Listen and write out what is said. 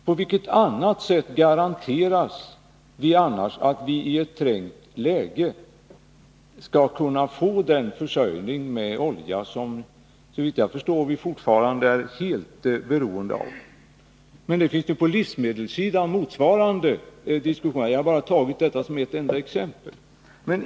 På vilket annat sätt än genom att ha egna svenska båtar garanteras vi att i ett trängt läge kunna få den försörjning med olja som vi, såvitt jag förstår, fortfarande är helt beroende av? Motsvarande diskussion kan föras på livsmedelssidan. Jag har bara tagit ett enda exempel.